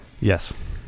Yes